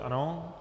Ano.